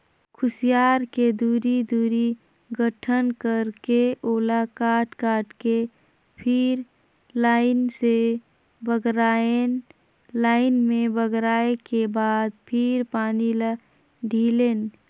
खुसियार के दूरी, दूरी गठन करके ओला काट काट के फिर लाइन से बगरायन लाइन में बगराय के बाद फिर पानी ल ढिलेन